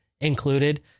included